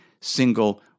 single